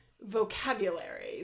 vocabulary